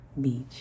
beach